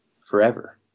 forever